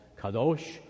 Kadosh